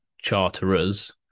charterers